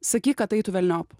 sakyk kad eitų velniop